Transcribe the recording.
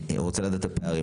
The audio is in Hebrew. אני רוצה לדעת את הפערים.